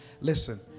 Listen